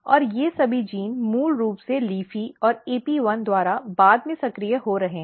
और ये सभी जीन मूल रूप से LEAFY और AP1 द्वारा बाद में सक्रिय हो रहे हैं